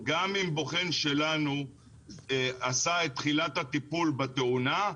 גם אם בוחן שלנו עשה את תחילת הטיפול בתאונה,